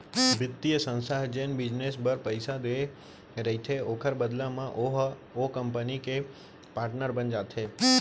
बित्तीय संस्था ह जेन बिजनेस बर पइसा देय रहिथे ओखर बदला म ओहा ओ कंपनी के पाटनर बन जाथे